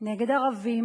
נגד ערבים,